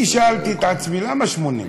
אני שאלתי את עצמי, למה 80?